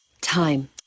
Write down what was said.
Time